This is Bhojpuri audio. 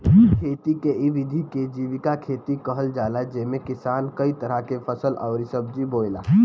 खेती के इ विधि के जीविका खेती कहल जाला जेमे किसान कई तरह के फसल अउरी सब्जी बोएला